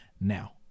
now